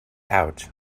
out